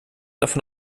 davon